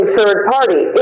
third-party